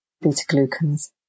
beta-glucans